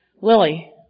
Lily